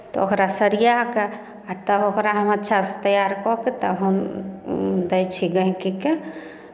तऽ ओकरा सरिया कऽ आ तब हम ओकरा अच्छासँ तैयार कऽ कऽ तब हम दै छी गहिँकीके